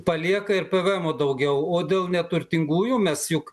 palieka ir pavaemo daugiau o dėl neturtingųjų mes juk